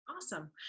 Awesome